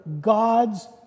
God's